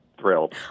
thrilled